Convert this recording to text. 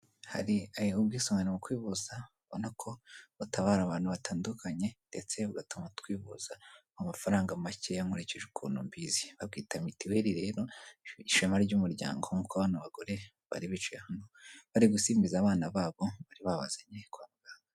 Hari ubwisungane mu kwivuza ubona ko butabara abantu batandukanye ndetse bigatuma twivuza amafaranga make nkurikije ukuntu mbizi; babwita mitiweli rero ishema ry'umuryango nkuko bano bagore bari bicaye hano bari gusimbiza abana babo bari babazanye kwa muganga.